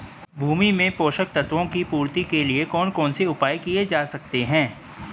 भूमि में पोषक तत्वों की पूर्ति के लिए कौन कौन से उपाय किए जा सकते हैं?